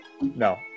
No